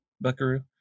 Buckaroo